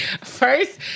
first